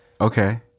Okay